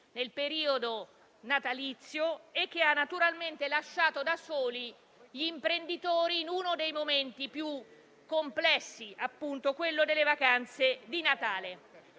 nel periodo natalizio e ha lasciato soli gli imprenditori in uno dei momenti più complessi, quale quello delle vacanze di Natale.